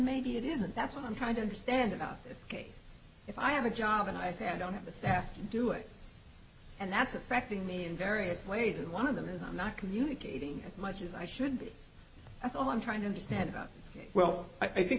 maybe it isn't that's what i'm trying to understand about ok if i have a job and i say i don't have the staff to do it and that's affecting me in various ways and one of them is i'm not communicating as much as i should be that's all i'm trying to understand about well i think